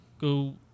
go